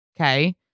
Okay